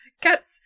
cats